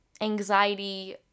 anxiety